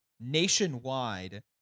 nationwide